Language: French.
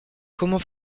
comment